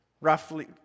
roughly